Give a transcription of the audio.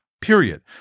period